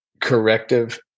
corrective